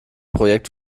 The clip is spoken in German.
projekt